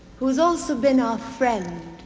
who has also been our friend.